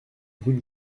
rue